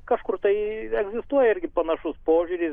kažkur tai egzistuoja irgi panašus požiūris